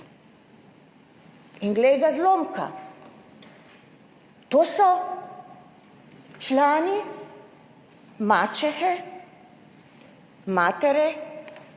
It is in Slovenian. In glej ga zlomka, to so člani mačehe matere,